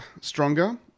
stronger